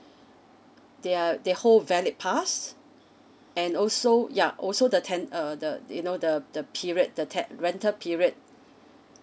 they're they hold valid pass and also yeah also the ten~ uh the you know the the period the ten~ rental period